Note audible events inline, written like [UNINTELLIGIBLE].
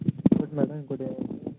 [UNINTELLIGIBLE]